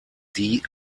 die